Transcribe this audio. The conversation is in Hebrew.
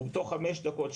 הוא בתוך חמש דקות,